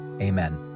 Amen